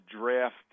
draft